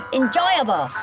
enjoyable